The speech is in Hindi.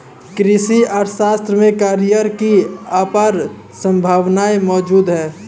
कृषि अर्थशास्त्र में करियर की अपार संभावनाएं मौजूद है